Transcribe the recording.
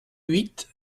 huit